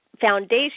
foundation